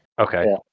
Okay